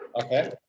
Okay